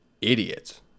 idiots